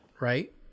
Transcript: right